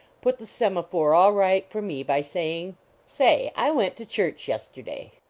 put the semaphore all right for me by saying say, i went to church yesterday.